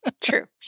True